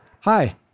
Hi